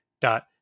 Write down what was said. dot